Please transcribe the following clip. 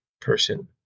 person